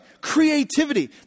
Creativity